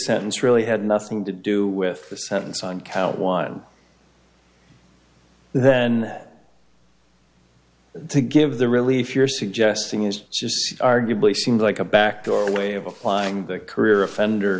sentence really had nothing to do with the sentence on count one then to give the relief you're suggesting is just arguably seems like a backdoor way of applying the career offender